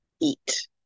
eat